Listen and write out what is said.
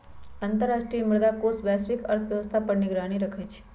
अंतर्राष्ट्रीय मुद्रा कोष वैश्विक अर्थव्यवस्था पर निगरानी रखइ छइ